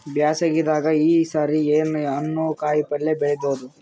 ಬ್ಯಾಸಗಿ ದಾಗ ಈ ಸರಿ ಏನ್ ಹಣ್ಣು, ಕಾಯಿ ಪಲ್ಯ ಬೆಳಿ ಬಹುದ?